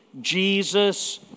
Jesus